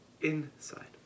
inside